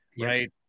right